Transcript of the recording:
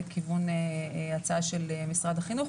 לכיוון הצעה של משרד החינוך,